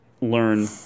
learn